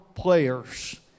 players